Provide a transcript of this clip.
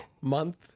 month